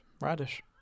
Radish